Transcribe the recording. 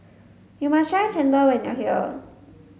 you must try Chendol when you are here